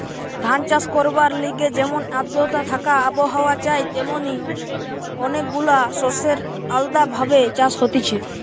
ধান চাষ করবার লিগে যেমন আদ্রতা থাকা আবহাওয়া চাই তেমনি অনেক গুলা শস্যের আলদা ভাবে চাষ হতিছে